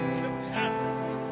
capacity